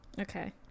Okay